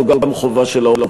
זאת גם חובה של האופוזיציה.